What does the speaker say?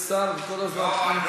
יש שר כל הזמן.